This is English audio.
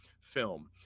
film